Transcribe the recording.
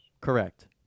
Correct